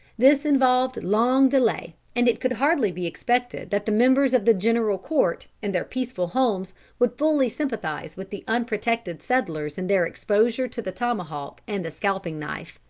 this involved long delay, and it could hardly be expected that the members of the general court in their peaceful homes would fully sympathize with the unprotected settlers in their exposure to the tomahawk and the scalping knife.